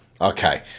okay